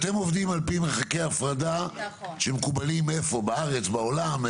אתם עובדים על פי מרחקי הפרדה המקובלים בארץ או בעולם?